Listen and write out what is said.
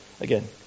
again